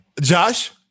Josh